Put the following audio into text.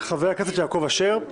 חבר הכנסת יעקב אשר,